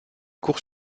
cour